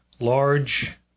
large